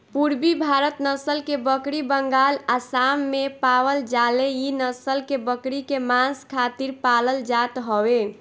पुरबी भारत नसल के बकरी बंगाल, आसाम में पावल जाले इ नसल के बकरी के मांस खातिर पालल जात हवे